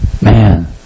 man